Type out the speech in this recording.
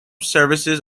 services